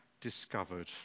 discovered